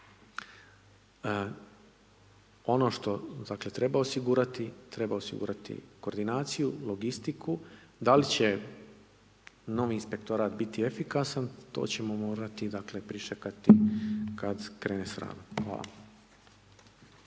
ono što dakle treba osigurati, treba osigurati koordinaciju, logistiku da li će novi inspektor biti efikasan to ćemo morati dakle pričekati kad krene s radom. Hvala.